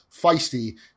feisty